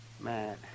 Man